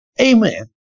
Amen